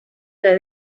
que